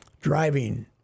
driving